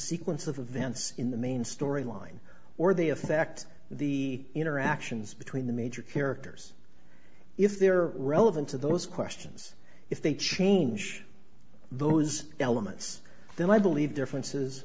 sequence of events in the main story line or they affect the interactions between the major characters if they're relevant to those questions if they change those elements then i believe differences